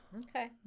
Okay